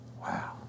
Wow